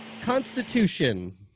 constitution